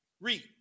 Read